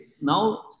now